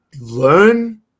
learn